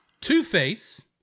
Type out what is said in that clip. Two-Face